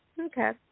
Okay